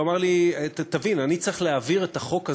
הוא אמר לי: תבין, אני צריך להעביר את החוק הזה,